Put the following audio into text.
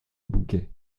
bouquet